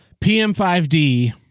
PM5D